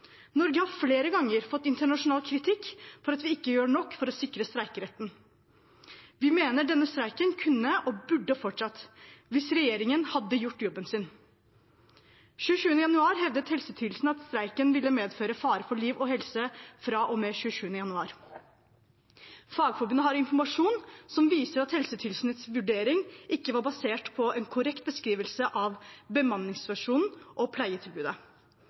Norge har flere ganger fått internasjonal kritikk for at vi ikke gjør nok for å sikre streikeretten. Vi mener denne streiken kunne og burde ha fortsatt hvis regjeringen hadde gjort jobben sin. Den 27. januar hevdet Helsetilsynet at streiken ville medføre fare for liv og helse fra og med 27. januar. Fagforbundet har informasjon som viser at Helsetilsynets vurdering ikke var basert på en korrekt beskrivelse av bemanningssituasjonen og pleietilbudet.